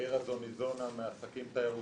העיר הזו ניזונה מעסקים תיירותיים,